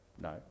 No